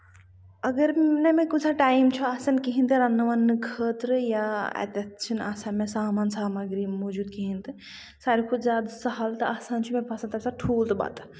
اَگر نہٕ مےٚ کُنہِ ساتہٕ ٹایم چھُ آسان کِہیٖنۍ تہِ رَنٕنہٕ وَننہٕ خٲطرٕ یا اَتٮ۪تھ چھُنہٕ آسان مےٚ سامان سَماگٔری موٗجوٗد کِہیٖنۍ تہٕ ساروی کھۄتہٕ آسان تہٕ سَہَل چھُ مےٚ باسان تمہِ ساتہٕ ٹھوٗل تہٕ بَتہٕ